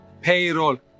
payroll